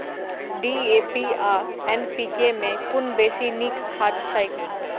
DAP आ NPK मे कुन बेसी नीक खाद छैक?